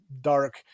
dark